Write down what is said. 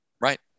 right